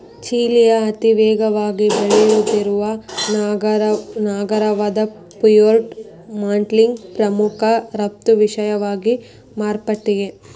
ಚಿಲಿಯ ಅತಿವೇಗವಾಗಿ ಬೆಳೆಯುತ್ತಿರುವ ನಗರವಾದಪುಯೆರ್ಟೊ ಮಾಂಟ್ನಲ್ಲಿ ಪ್ರಮುಖ ರಫ್ತು ವಿಷಯವಾಗಿ ಮಾರ್ಪಟ್ಟಿದೆ